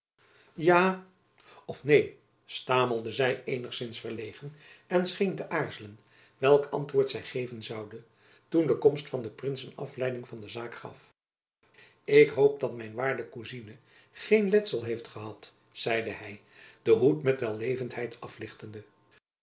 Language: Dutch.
ja of neen stamelde zy eenigzins verlegen en scheen te aarzelen welk antwoord zy geven zoude toen de komst van den prins een afleiding aan de zaak gaf ik hoop dat mijn waarde cousine geen letsel heeft gehad zeide hy den hoed met wellevenheid aflichtende